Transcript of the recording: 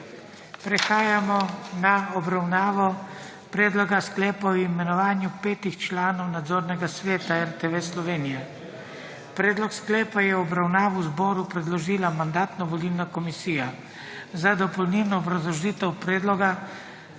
Prehajamo na obravnavo predloga sklepa o imenovanju petih članov nadzornega sveta RTV Slovenije. Predlog sklepa je v obravnavo zboru predložila Mandatno-volilna komisija. Za dopolnilno obrazložitev predloga